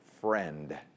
friend